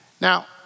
Now